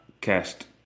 cast